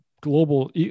global